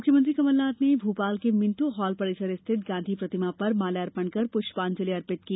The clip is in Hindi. मुख्यमंत्री कमलनाथ ने भोपाल के मिंटो हॉल परिसर स्थित गांधी प्रतिमा पर माल्यार्पण कर पुष्पांजलि अर्पित की